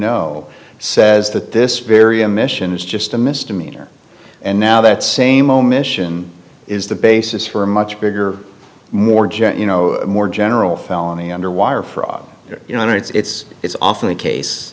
know says that this very a mission is just a misdemeanor and now that same omission is the basis for a much bigger more jet you know more general felony under wire fraud you know it's it's often the case